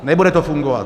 Nebude to fungovat.